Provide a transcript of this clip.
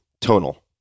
Tonal